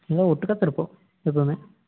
நல்லா ஒட்டுக்காத்தான் இருப்போம் எப்போதுமே